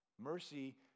Mercy